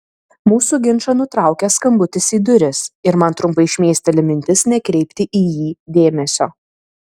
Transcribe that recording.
mūsų ginčą nutraukia skambutis į duris ir man trumpai šmėsteli mintis nekreipti į jį dėmesio